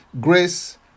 grace